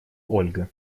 ольга